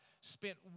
spent